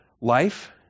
life